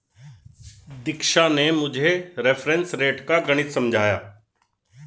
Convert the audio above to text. दीक्षा ने मुझे reference rate का गणित समझाया